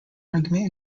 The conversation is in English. argument